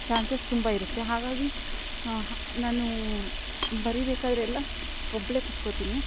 chances ತುಂಬ ಇರುತ್ತೆ ಹಾಗಾಗಿ ನಾನೂ ಬರಿಬೇಕಾದರೆ ಎಲ್ಲ ಒಬ್ಬಳೆ ಕುತ್ಕೋತಿನಿ